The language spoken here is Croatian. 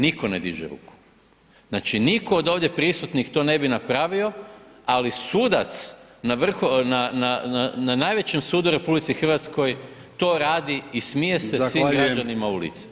Nitko ne diže ruku, znači nitko od ovdje prisutnih to ne bi napravio, ali sudac na najvećem sudu u RH to radi i smije se svim građanima u lice.